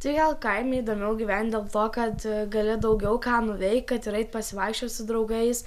tai gal kaime įdomiau gyvent dėl to kad gali daugiau ką nuveikt kad ir eit pasivaikščiot su draugais